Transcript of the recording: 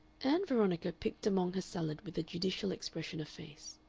ann veronica picked among her salad with a judicial expression of face.